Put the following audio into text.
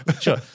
Sure